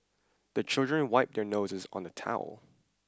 the children wipe their noses on the towel